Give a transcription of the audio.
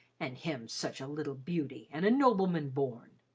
and him such a little beauty and a nobleman born.